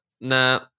nah